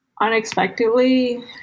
unexpectedly